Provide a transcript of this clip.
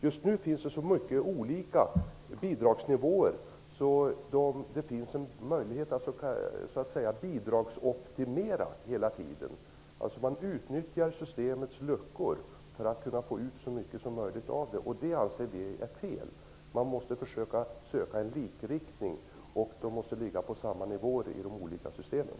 Just nu finns det många olika bidragsnivåer. Det finns en möjlighet att hela tiden så att säga bidragsoptimera, dvs. man utnyttjar systemets luckor för att kunna få ut så mycket som möjligt av det. Det anser vi är fel. Man måste försöka få en likrikting. Ersättningen måste ligga på samma nivå i de olika systemen.